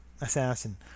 assassin